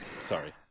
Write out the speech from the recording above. Sorry